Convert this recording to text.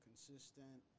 consistent